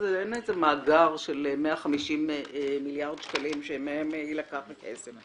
אין איזה מאגר של 150 מיליארד שקלים שמהם יילקח הכסף.